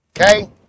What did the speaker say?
Okay